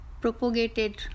propagated